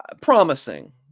Promising